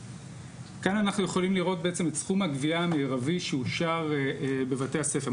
כאן אנחנו יכולים לראות בעצם את סכום הגבייה המרבי שאושר בבתי הספר.